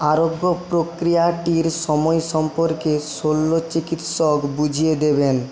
আরোগ্য প্রক্রিয়াটির সময় সম্পর্কে শল্যচিকিৎসক বুঝিয়ে দেবেন